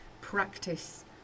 practice